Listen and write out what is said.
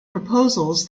proposals